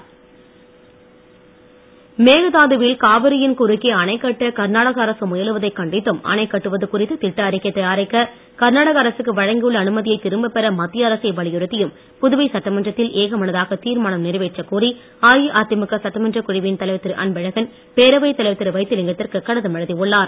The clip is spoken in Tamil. அன்பழகன் மேகதாதுவில் காவிரியின் குறுக்கே அணை கட்ட கர்நாடக அரசு முயலுவதைக் கண்டித்தும் அணை கட்டுவது குறித்து திட்ட அறிக்கை தயாரிக்க கர்நாடக அரசுக்கு வழங்கியுள்ள அனுமதியை திரும்ப பெற மத்திய அரசை வலியுறுத்தியும் புதுவை சட்டமன்றத்தில் ஏகமனதாக தீர்மானம் நிறைவேற்றக் கோரி அஇஅதிமுக சட்டமன்றக் குழுவின் தலைவர் திரு அன்பழகன் பேரவைத் தலைவர் திரு வைத்திலிங்கத்திற்கு கடிதம் எழுதி உள்ளார்